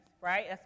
right